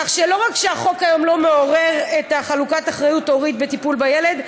כך שלא רק שהחוק היום לא מעודד את חלוקת האחריות ההורית בטיפול בילד,